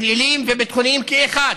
פליליים וביטחוניים כאחד,